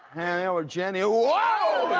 and ah ah jenny, whoa!